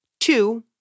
two